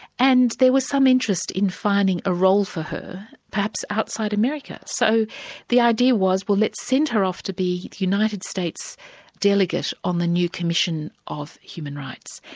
and there was some interest in finding a role for her, perhaps outside america. so the idea was well, let's send her off to be united states delegate on the new commission of human rights.